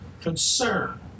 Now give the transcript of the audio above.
concern